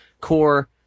core